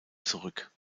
zurück